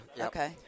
Okay